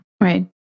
Right